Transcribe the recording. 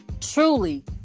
truly